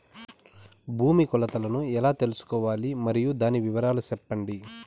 భూమి కొలతలను ఎలా తెల్సుకోవాలి? మరియు దాని వివరాలు సెప్పండి?